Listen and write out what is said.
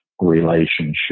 relationship